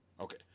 Okay